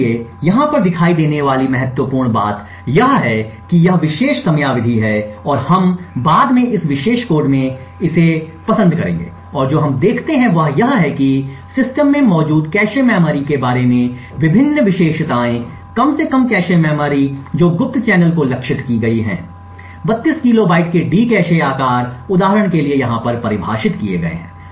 इसलिए यहाँ पर दिखाई देने वाली महत्वपूर्ण बात यह है कि यह विशेष समयावधि है और हम बाद में इस विशेष कोड में इसे पसंद करेंगे और जो हम देखते हैं वह यह है कि सिस्टम में मौजूद कैश मेमोरी के बारे में विभिन्न विशेषताएँकम से कम कैश मेमोरी जो गुप्त चैनल को लक्षित की गई हैं 32 किलोबाइट के डी कैश आकार उदाहरण के लिए यहाँ पर परिभाषित किया गया है